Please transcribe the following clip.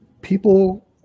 people